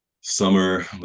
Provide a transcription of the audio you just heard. summer